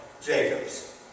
Jacobs